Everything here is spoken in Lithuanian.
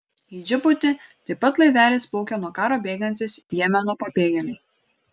į džibutį taip pat laiveliais plaukia nuo karo bėgantys jemeno pabėgėliai